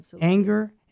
Anger